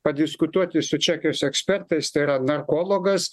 padiskutuoti su čekijos ekspertais tai yra narkologas